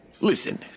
Listen